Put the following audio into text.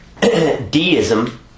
Deism